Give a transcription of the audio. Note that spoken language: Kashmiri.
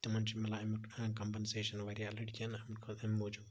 تِمَن چھُ مِلان امیُک کَمپنسیشَن واریاہ لَڑکِیَن ہٕنٛد خٲطرٕ موجود